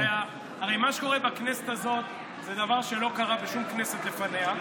הרי מה שקורה בכנסת הזאת זה דבר שלא קרה בשום כנסת לפניה,